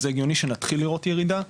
אז זה הגיוני שנתחיל לראות ירידה,